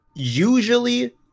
usually